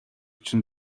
чинь